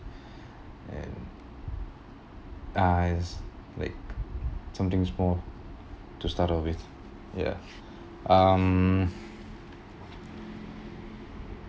and I like something small to start up with ya um